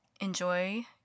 enjoy